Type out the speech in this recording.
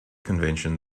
convention